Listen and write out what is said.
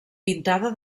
pintada